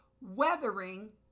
Weathering